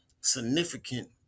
significant